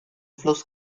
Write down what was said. fluss